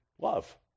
love